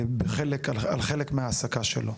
על חלק מההעסקה שלו.